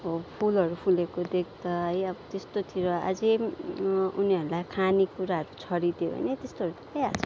अब फुलहरू फुलेको देख्दा है अब त्यस्तोतिर अझै उनीहरूलाई खानेकुराहरू छरिदियो भने त्यस्तोहरू आइहाल्छ नि